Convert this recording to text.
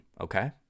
okay